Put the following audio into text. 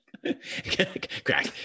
Crack